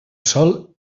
sol